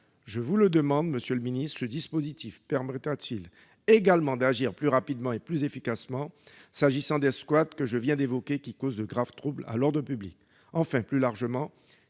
monsieur le secrétaire d'État, ce dispositif permettra-t-il également d'agir plus rapidement et plus efficacement s'agissant des squats que je viens d'évoquer, et qui causent de graves troubles à l'ordre public ?